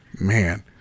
Man